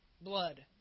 blood